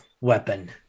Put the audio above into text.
weapon